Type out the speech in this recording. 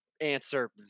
answer